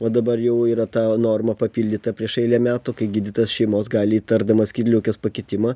o dabar jau yra ta norma papildyta prieš eilę metų kai gydytojas šeimos gali įtardamas skydliaukės pakitimą